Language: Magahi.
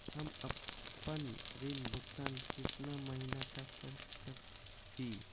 हम आपन ऋण भुगतान कितना महीना तक कर सक ही?